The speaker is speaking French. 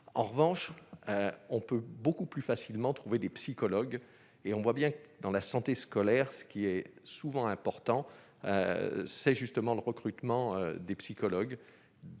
en revanche on peut beaucoup plus facilement trouver des psychologues et on voit bien dans la santé scolaire, ce qui est souvent important, c'est justement le recrutement des psychologues